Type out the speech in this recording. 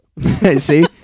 See